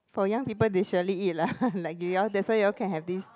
for young people they surely eat lah like you all that's why you all can have this